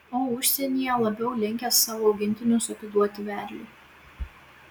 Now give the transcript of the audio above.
o užsienyje labiau linkę savo augintinius atiduoti vedliui